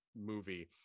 movie